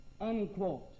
Unquote